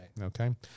okay